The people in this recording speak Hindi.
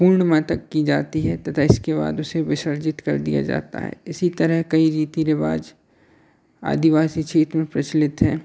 पूर्णिमा तक की जाती है तथा इसके बाद उसे विसर्जित कर दिया जाता है इसी तरह कई रीति रिवाज आदिवासी क्षेत्र में प्रचलित हैं